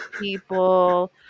people